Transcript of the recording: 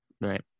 right